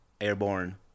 airborne